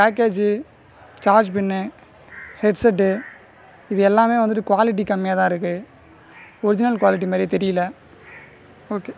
பேக்கேஜி charger pin headset இது எல்லாமே வந்துட்டு குவாலிட்டி கம்மியாக தான் இருக்குது ஒர்ஜினல் குவாலிட்டி மாதிரி தெரியல ஓகே